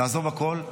תעזוב הכול,